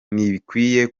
ntibikwiye